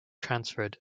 transferred